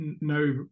no